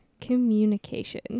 communication